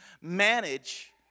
manage